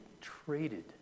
traded